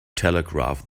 telegraph